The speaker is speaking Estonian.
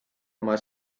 oma